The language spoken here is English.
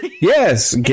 yes